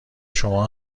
شما